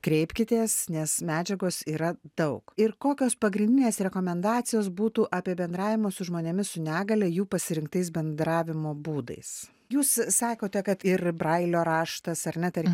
kreipkitės nes medžiagos yra daug ir kokios pagrindinės rekomendacijos būtų apie bendravimą su žmonėmis su negalia jų pasirinktais bendravimo būdais jūs sakote kad ir brailio raštas ar ne tarkim